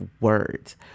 words